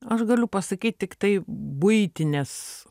aš galiu pasakyt tiktai buitinės